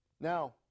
Now